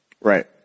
Right